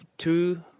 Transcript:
Two